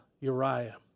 Uriah